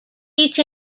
each